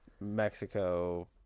Mexico